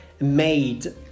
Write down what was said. made